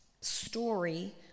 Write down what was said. story